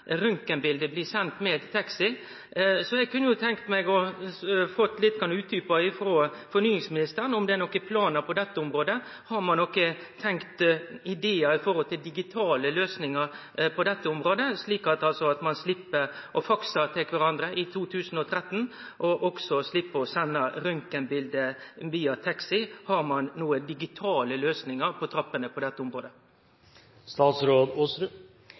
blir sende med taxi. Så eg kunne tenkt meg å få lite grann utdjupa frå fornyingsministeren om det er nokon planar på dette området. Har ein tenkt på nokon idear når det gjeld digitale løysingar på dette området, slik at ein altså slepp å fakse til kvarandre i 2013, og også slepp å sende røntgenbilde via taxi? Har ein nokon digitale løysingar på trappene på dette